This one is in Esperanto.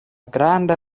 granda